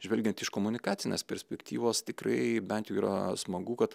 žvelgiant iš komunikacinės perspektyvos tikrai bent jau yra smagu kad